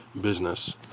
business